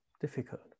difficult